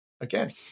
again